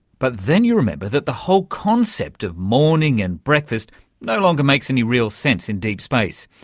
but then you remember that the whole concept of morning and breakfast no longer makes any real sense in deep space.